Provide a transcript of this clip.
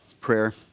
prayer